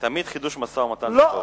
תמיד חידוש משא-ומתן זה טוב.